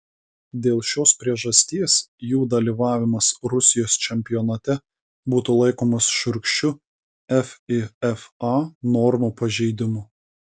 dėl šios priežasties jų dalyvavimas rusijos čempionate būtų laikomas šiurkščiu fifa normų pažeidimu